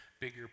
bigger